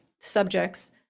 subjects